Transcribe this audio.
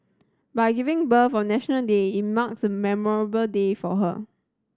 by giving birth on National Day it marks a memorable day for her